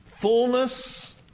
Fullness